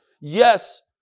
Yes